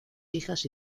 hijas